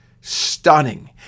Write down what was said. Stunning